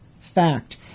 fact